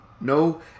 no